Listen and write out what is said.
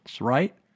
right